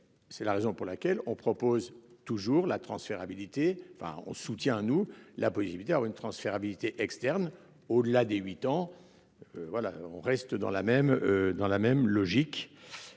C'est la raison pour laquelle on propose toujours la transférabilité enfin on soutient nous la police militaire, une transférabilité externe au-delà dès 8 ans. Voilà, on reste dans la même dans